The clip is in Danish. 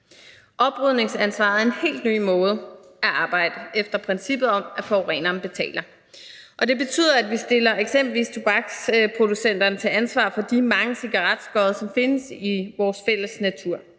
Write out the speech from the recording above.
Oprydningsansvaret er en helt ny måde at arbejde på efter princippet om, at forureneren betaler. Og det betyder, at vi stiller eksempelvis tobaksproducenterne til ansvar for de mange cigaretskod, som findes i vores fælles natur.